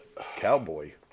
Cowboy